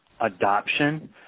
adoption